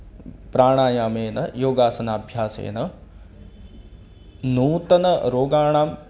प्राणायामेन योगासनाभ्यासेन नूतनरोगाणाम्